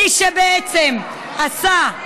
ומי שבעצם עשה,